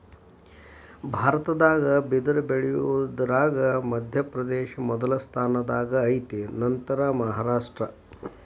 ಭಾರತದಾಗ ಬಿದರ ಬಳಿಯುದರಾಗ ಮಧ್ಯಪ್ರದೇಶ ಮೊದಲ ಸ್ಥಾನದಾಗ ಐತಿ ನಂತರಾ ಮಹಾರಾಷ್ಟ್ರ